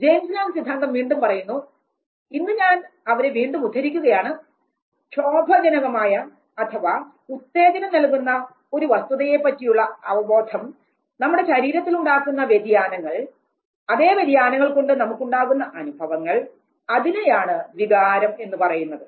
James Lange സിദ്ധാന്തം വീണ്ടും പറയുന്നു ഇന്നു ഞാൻ അവരെ വീണ്ടും ഉദ്ധരിക്കുകയാണ് "ക്ഷോഭ ജനകമായ അഥവാ ഉത്തേജനം നൽകുന്ന ഒരു വസ്തുതയെ പറ്റിയുള്ള അവബോധം നമ്മുടെ ശരീരത്തിൽ ഉണ്ടാക്കുന്ന വ്യതിയാനങ്ങൾ അതേ വ്യതിയാനങ്ങൾ കൊണ്ട് നമുക്കുണ്ടാകുന്ന അനുഭവങ്ങൾ അതിനെയാണു വികാരം എന്ന് പറയുന്നത്